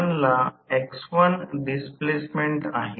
म्हणून I इतर गोष्टी विसरून जा